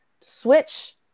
switch